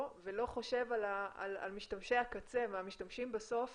ולא חושב על משתמשי הקצה והמשתמשים בסוף